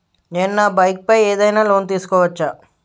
నేను నా బైక్ పై ఏదైనా లోన్ తీసుకోవచ్చా?